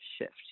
shift